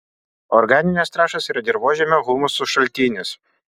organinės trąšos yra dirvožemio humuso šaltinis